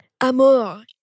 Amour